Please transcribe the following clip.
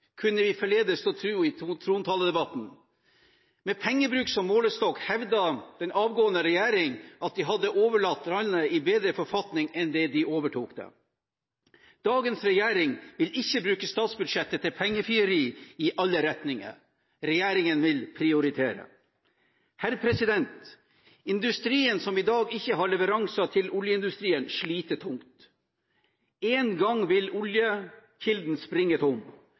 kunne vi forledes til å tro i trontaledebatten. Med pengebruk som målestokk hevdet den avgående regjering at de hadde overlatt landet i bedre forfatning enn da de overtok det. Dagens regjering vil ikke bruke statsbudsjettet til pengefrieri i alle retninger. Regjeringen vil prioritere. Industrien, som i dag ikke har leveranser til oljeindustrien, sliter tungt. En gang vil oljekilden springe tom.